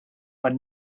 man